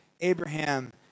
Abraham